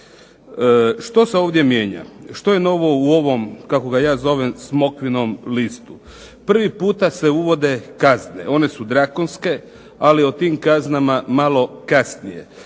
Što se ovdje mijenja? Što je novo u ovom kako ga ja zovem smokvinom listu? Prvi puta se uvode kazne. One su drakonske ali o tom kaznama malo kasnije.